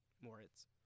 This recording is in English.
Moritz